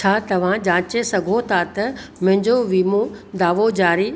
छा तव्हां जांचे सघो था त मुंहिंजो वीमो दावो जारी